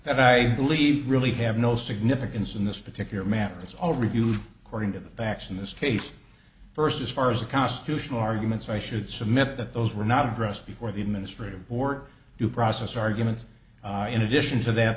that i believe really have no significance in this particular matter that's all reviews according to the facts in this case first as far as the constitutional arguments i should submit that those were not addressed before the administrative board due process argument in addition to that